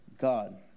God